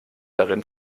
darin